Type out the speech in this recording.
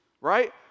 right